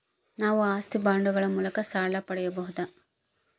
ನಾವು ಆಸ್ತಿ ಬಾಂಡುಗಳ ಮೂಲಕ ಸಾಲ ಪಡೆಯಬಹುದಾ?